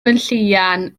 gwenllian